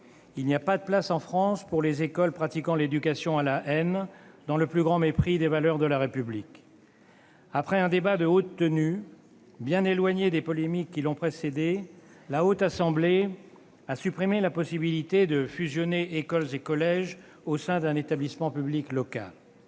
Il n'y a pas de place en France pour les écoles pratiquant l'éducation à la haine dans le plus grand mépris des valeurs de la République. Après un débat de haute tenue, bien éloigné des polémiques qui l'ont précédé, la Haute Assemblée a supprimé la possibilité de fusionner écoles et collèges au sein d'un établissement public local.